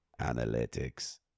analytics